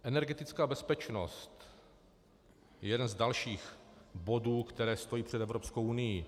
Energetická bezpečnost je jeden z dalších bodů, které stojí před Evropskou unií.